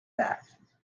that